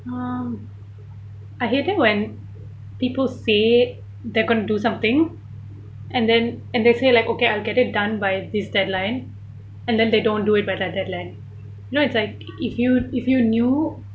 um I hate it when people say they're going to do something and then and they say like okay I'll get it done by this deadline and then they don't do it by that deadline you know it's like if you if you knew